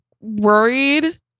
worried